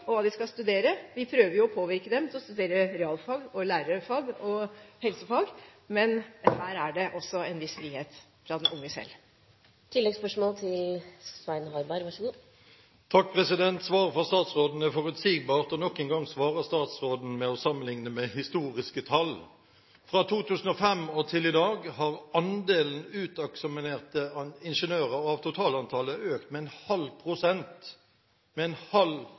studere. Vi prøver å påvirke dem til å studere realfag, lærerfag og helsefag, men her er det også en viss frihet for de unge selv. Svaret fra statsråden er forutsigbart, og nok en gang svarer statsråden med å sammenligne med historiske tall. Fra 2005 til i dag har andelen av det totale antall uteksaminerte ingeniører økt med 0,5 pst. – med